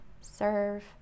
serve